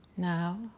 Now